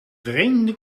vreemde